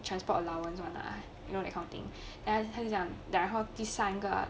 transport allowance [one] lah you know that kind of thing then 他就讲然后第三个